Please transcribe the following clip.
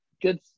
good